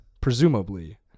presumably